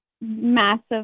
Massive